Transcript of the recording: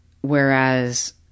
Whereas